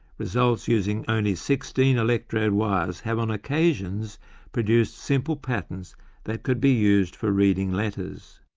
results using only sixteen electrode wires have on occasions produced simple patterns that could be used for reading letters.